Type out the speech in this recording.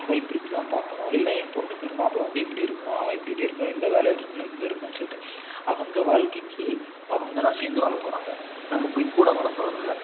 அவள் இப்படி இப்படிலாம் பார்க்கணும் இல்லை என் பெண்ணுக்கு வர மாப்ளை வந்து இப்படி இருக்கணும் அவன் இப்படி இப்படி இருக்கணும் இந்த வேலையில் இருக்கணும் இந்த இது இருக்கணும்னு சொல்லிட்டு அவங்க வாழ்க்கைக்கு அவங்க தான் சேர்ந்து வாழ போகிறாங்க நம்ம போய் கூட வாழ போவதில்ல